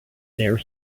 there